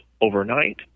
overnight –